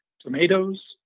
tomatoes